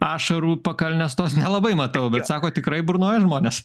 ašarų pakalnės tos nelabai matau bet sakot tikrai burnoja žmonės